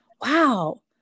wow